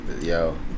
yo